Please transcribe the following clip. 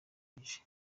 ije